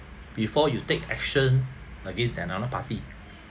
before you take action against another party